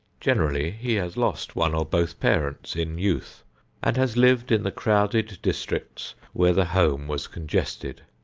generally he has lost one or both parents in youth and has lived in the crowded districts where the home was congested.